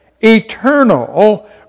eternal